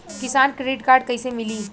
किसान credit card कइसे मिली?